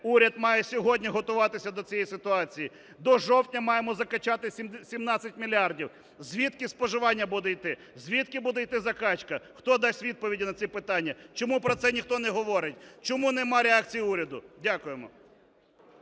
Уряд має сьогодні готуватися до цієї ситуації. До жовтня маємо закачати 17 мільярдів. Звідки споживання буде йти? Звідки буде йти закачка? Хто дасть відповіді на ці питання? Чому про це ніхто не говорить? Чому немає реакції уряду? Дякуємо.